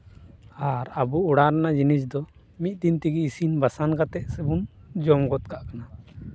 ᱟᱨ ᱟᱵᱚ ᱚᱲᱟᱜ ᱨᱮᱱᱟᱜ ᱡᱤᱱᱤᱥ ᱫᱚ ᱢᱤᱫ ᱫᱤᱱ ᱛᱮᱜᱮ ᱤᱥᱤᱱ ᱵᱟᱥᱟᱝ ᱠᱟᱛᱮ ᱥᱮᱵᱚᱱ ᱡᱚᱢ ᱜᱚᱛ ᱠᱟᱜ ᱠᱟᱱᱟ